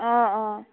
অঁ অঁ